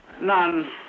None